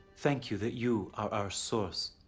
thank you that you are our source.